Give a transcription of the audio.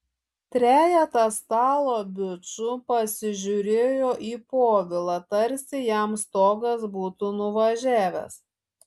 trejetas stalo bičų pasižiūrėjo į povilą tarsi jam stogas būtų nuvažiavęs